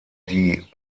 die